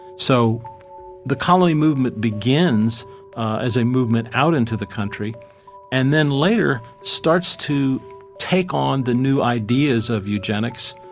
so the colony movement begins as a movement out into the country and then later starts to take on the new ideas of eugenics,